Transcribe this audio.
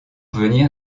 venir